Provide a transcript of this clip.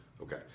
Okay